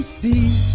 See